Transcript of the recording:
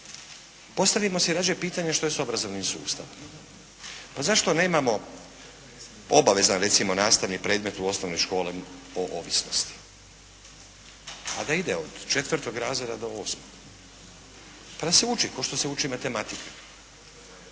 Postavimo si rađe pitanje što je s obrazovnim sustavom. Pa zašto nemamo obavezan recimo nastavni predmet u osnovnim školama o ovisnosti? Pa da ide od 4. razreda do 8. pa da se uči kao što se uči matematika.